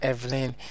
Evelyn